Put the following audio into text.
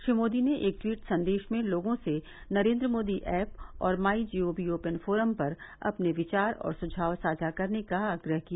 श्री मोदी ने एक ट्वीट संदेश में लोगों से नरेन्द्र मोदी ऐप और my G O V open forum पर अपने विचार और सुझाव साझा करने का आग्रह किया